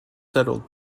settled